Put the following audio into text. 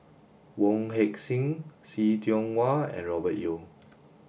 Wong Heck Sing See Tiong Wah and Robert Yeo